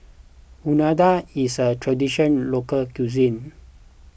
Unadon is a Traditional Local Cuisine